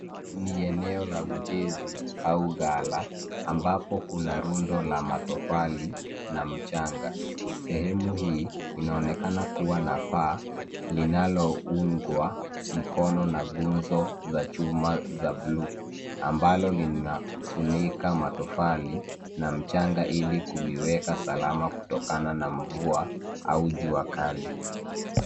Ni eneo la ujenzi au gala ambapo kuna rundo la matofali na mchanga, sehemu lina onekana kuwa na paa linalo ungwa na nguzo za chuma za bluu ambalo lina funika matofali na mchanga ili kuiweka salama kutokana na mvua au jua kali.